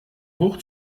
hoch